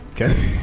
Okay